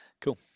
cool